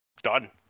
Done